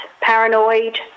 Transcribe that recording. paranoid